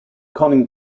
conning